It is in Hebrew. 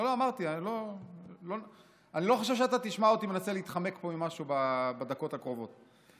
אני לא חושב שאתה תשמע אותי מנסה להתחמק פה ממשהו בדקות הקרובות.